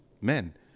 men